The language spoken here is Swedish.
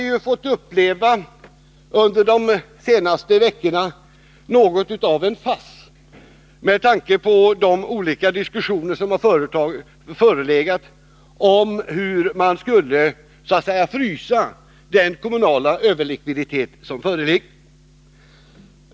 Nu har vi under de senaste veckorna fått uppleva något av en fars. Jag tänker på de olika diskussioner som har förts om hur man skall kunna frysa den kommunala överlikviditet som föreligger.